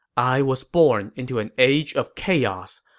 i was born into an age of chaos.